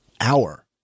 Hour